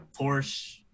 Porsche